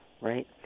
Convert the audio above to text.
Right